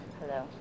Hello